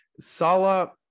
Salah